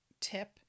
tip